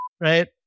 right